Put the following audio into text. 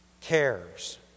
cares